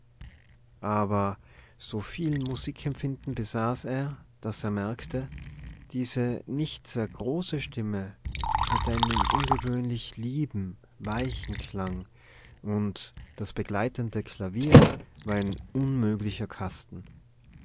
aber so viel musikempfinden besaß er daß er merkte diese nicht sehr große stimme hatte einen ungewöhnlich lieben weichen klang und das begleitende klavier war ein unmöglicher kasten